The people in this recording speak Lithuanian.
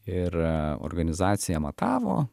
ir organizacija matavo